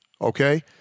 Okay